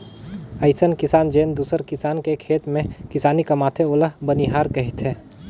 अइसन किसान जेन दूसर किसान के खेत में किसानी कमाथे ओला बनिहार केहथे